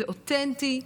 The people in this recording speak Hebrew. זה אותנטי,